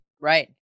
right